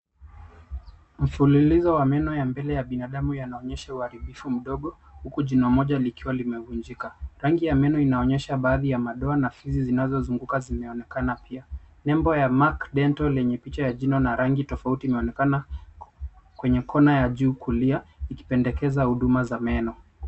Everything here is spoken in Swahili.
Mfululizo wa mbele ya meno ya binadamu yanaonyesha uharibifu mdogo huku jino moja likwa limevunjika. Rangi ya meno inaonyesha baadhi ya madoa na fisi zinazozunguka zimeonekana pia. Nembo ya Mac dental lenye picha ya jino na rangi tofauti inaonekana kwenye kona ya juu kulia ikipendekeza huduma za meno.